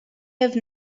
have